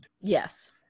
Yes